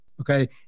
Okay